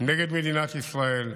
נגד מדינת ישראל,